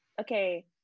Okay